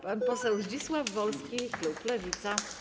Pan poseł Zdzisław Wolski, klub Lewica.